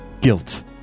guilt